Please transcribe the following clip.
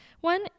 one